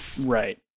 right